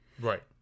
Right